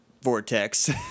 vortex